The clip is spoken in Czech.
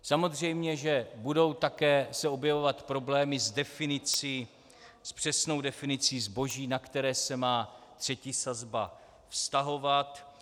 Samozřejmě, že se budou také objevovat problémy s přesnou definicí zboží, na které se má třetí sazba vztahovat.